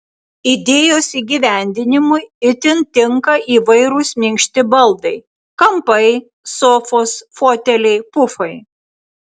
idėjos įgyvendinimui itin tinka įvairūs minkšti baldai kampai sofos foteliai pufai